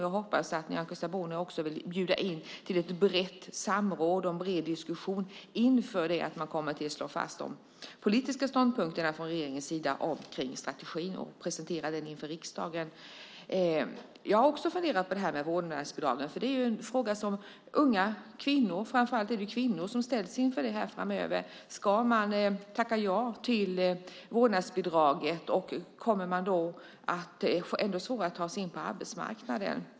Jag hoppas att Nyamko Sabuni också vill bjuda in till ett brett samråd och en bred diskussion inför det att man från regeringens sida kommer att slå fast de politiska ståndpunkterna kring strategin och presentera den inför riksdagen. Jag har också funderat på det här med vårdnadsbidraget. Det är en fråga som framför allt kvinnor ställs inför framöver: Ska man tacka ja till vårdnadsbidraget? Kommer man då att få ännu svårare att ta sig in på arbetsmarknaden?